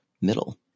middle